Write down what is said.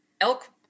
Elk